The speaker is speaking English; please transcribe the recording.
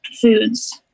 foods